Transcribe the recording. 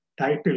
title